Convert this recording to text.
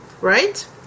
right